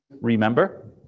remember